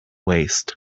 waste